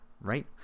right